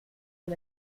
den